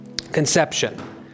Conception